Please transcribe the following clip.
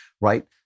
right